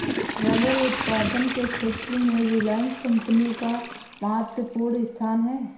rubber उत्पादन के क्षेत्र में रिलायंस कम्पनी का महत्त्वपूर्ण स्थान है